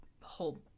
hold